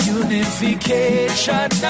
unification